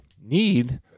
need